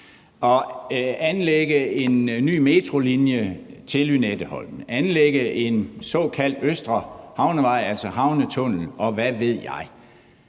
at anlægge en ny metrolinje til Lynetteholmen og at anlægge en såkaldt østre havnevej, altså havnetunnellen, og hvad ved jeg,